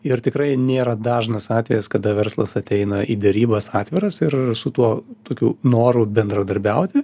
ir tikrai nėra dažnas atvejis kada verslas ateina į derybas atviras ir su tuo tokiu noru bendradarbiauti